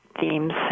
themes